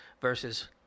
versus